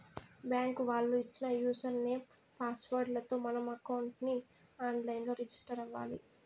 bank వాళ్ళు ఇచ్చిన user name, password లతో మనం అకౌంట్ ని ఆన్ లైన్ లో రిజిస్టర్ అవ్వాలి